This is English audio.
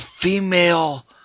female